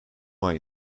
aynı